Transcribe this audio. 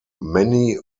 many